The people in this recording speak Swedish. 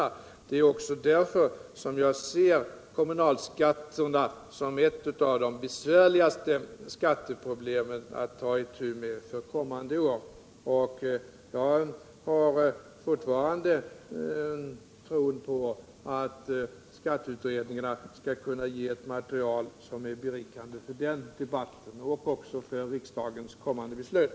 Det är också därför som jag ser kommunalskatterna som ett av de besvärligaste skatteproblemen att ta itu med kommande år. Jag tror fortfarande på att skatteutredningarna skall kunna ge ett material som är berikande för den debatten, och också för riksdagens kommande beslut.